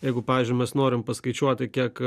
jeigu pavyzdžiui mes norim paskaičiuoti kiek